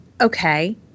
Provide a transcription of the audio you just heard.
okay